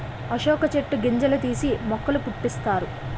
అశోక చెట్టు గింజలు తీసి మొక్కల పుట్టిస్తారు